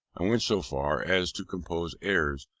i went so far as to compose airs,